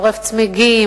שורף צמיגים,